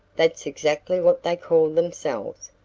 that's exactly what they call themselves.